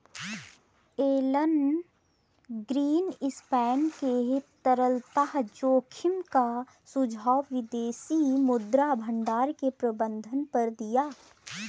Elon Greenspan ने तरलता जोखिम का सुझाव विदेशी मुद्रा भंडार के प्रबंधन पर दिया